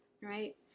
right